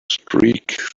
streak